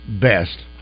best